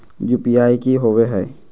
UPI की होवे है?